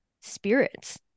spirits